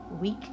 week